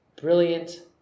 brilliant